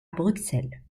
bruxelles